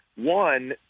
one